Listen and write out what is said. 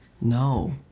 no